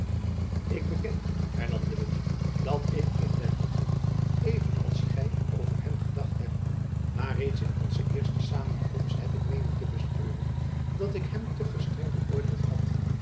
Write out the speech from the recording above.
ik beken hernam de witt dat ik in den beginne even als gy over hem gedacht heb maar reeds in onze eerste samenkomst heb ik meenen te bespeuren dat ik hem te gestreng beöordeeld had